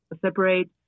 separate